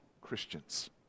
Christians